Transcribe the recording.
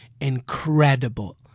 incredible